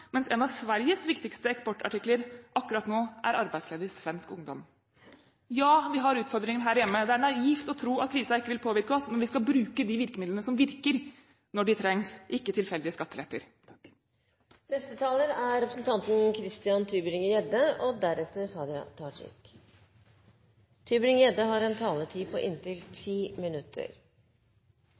mens en av Sveriges viktigste eksportartikler akkurat nå er arbeidsledig svensk ungdom. Ja, vi har utfordringer her hjemme. Det er naivt å tro at krisen ikke vil påvirke oss, men vi skal bruke de virkemidlene som virker – når de trengs – ikke tilfeldige skatteletter. I dag tidlig fikk vi en litt merkelig formaning av lederen i finanskomiteen. Han sa at vi ikke skulle kritisere, og